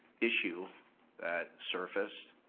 issue that surfaced,